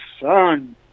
son